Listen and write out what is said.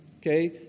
okay